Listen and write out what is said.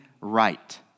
right